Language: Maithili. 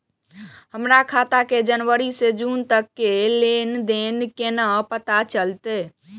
हमर खाता के जनवरी से जून तक के लेन देन केना पता चलते?